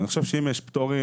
אני חושב שאם יש פטורים,